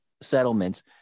settlements